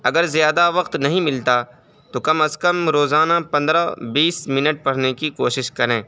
اگر زیادہ وقت نہیں ملتا تو کم از کم روزانہ پندرہ بیس منٹ پڑھنے کی کوشش کریں